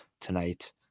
tonight